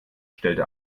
stellte